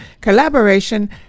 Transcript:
collaboration